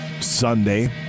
Sunday